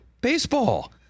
baseball